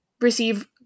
receive